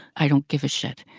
i don't give a shit.